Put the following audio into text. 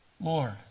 Lord